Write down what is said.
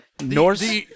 Norse